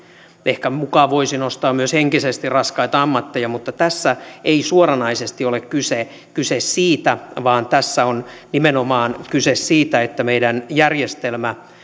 ehkä mukaan voisi nostaa myös henkisesti raskaita ammatteja mutta tässä ei suoranaisesti ole kyse kyse siitä vaan tässä on nimenomaan kyse siitä että meidän järjestelmämme